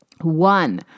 One